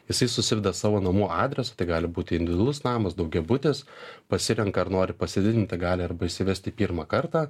jisai susiveda savo namų adresą tai gali būti individualus namas daugiabutis pasirenka ar nori pasididinti galią arba įsivesti pirmą kartą